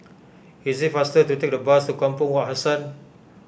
it is faster to take the bus to Kampong Wak Hassan